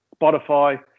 Spotify